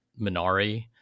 Minari